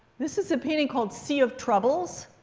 this is a painting called sea of troubles.